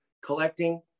collecting